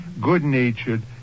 good-natured